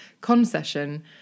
concession